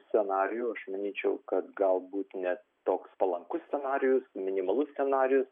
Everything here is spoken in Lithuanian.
scenarijų aš manyčiau kad galbūt ne toks palankus scenarijus minimalus scenarijus